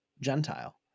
Gentile